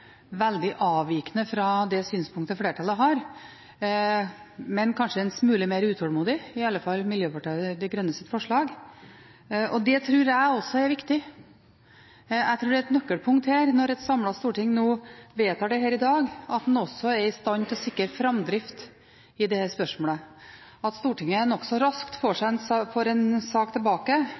synspunktet flertallet har, men de er kanskje en smule mer utålmodige, i hvert fall Miljøpartiet De Grønnes forslag. Det tror jeg også er viktig. Jeg tror det er et nøkkelpunkt her, når et samlet storting nå i dag vedtar dette, at en også er i stand til å sikre framdrift i dette spørsmålet – at Stortinget nokså raskt